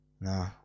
No